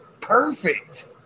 perfect